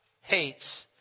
hates